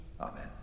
Amen